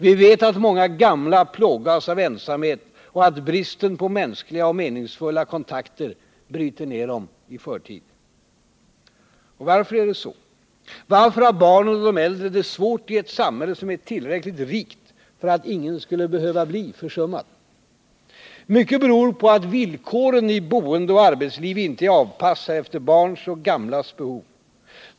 Vi vet att många gamla plågas av ensamhet och att bristen på mänskliga och meningsfulla kontakter bryter ned dem i förtid. Varför är det så? Varför har barnen och de äldre det svårt i ett samhälle som är tillräckligt rikt för att ingen skulle behöva bli försummad? Mycket beror på att villkoren i boende och arbetsliv inte är avpassade efter barns och andras behov.